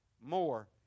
more